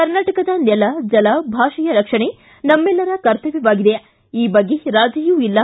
ಕರ್ನಾಟಕದ ನೆಲ ಜಲ ಭಾಷೆಯ ರಕ್ಷಣೆ ನಮ್ನೆಲ್ಲರ ಕರ್ತವ್ಞ ಈ ಬಗ್ಗೆ ರಾಜಿಯೂ ಇಲ್ಲ